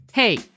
Hey